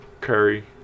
Curry